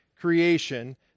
creation